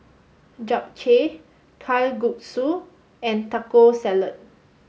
Japchae Kalguksu and Taco Salad